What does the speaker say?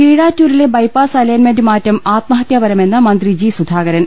കീഴാറ്റൂരിലെ bypass അലൈന്റ്മെന്റ് മാറ്റം ആത്മഹത്യാ പരമെന്ന് മന്ത്രി ജി സുധാകരൻ